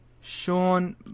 Sean